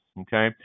Okay